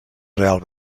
real